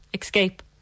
Escape